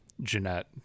Jeanette